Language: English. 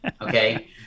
Okay